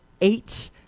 eight